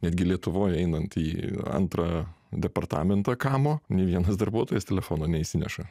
netgi lietuvoj einant į antrą departamentą kamo nė vienas darbuotojas telefono neišsineša